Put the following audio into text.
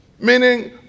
Meaning